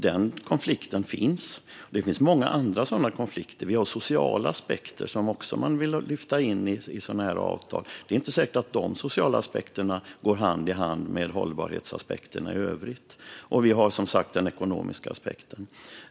Den konflikten finns, och det finns många andra sådana konflikter. Det finns sociala aspekter som man också vill lyfta in i sådana här avtal. Det är inte säkert att dessa sociala aspekter går hand i hand med hållbarhetsaspekterna i övrigt. Vi har som sagt också den ekonomiska aspekten.